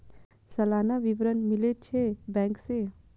सलाना विवरण मिलै छै बैंक से?